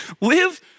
Live